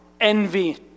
Envy